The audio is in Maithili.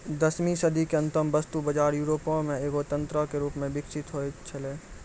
दसवीं सदी के अंतो मे वस्तु बजार यूरोपो मे एगो तंत्रो के रूपो मे विकसित होय छलै